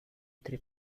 tre